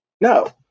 no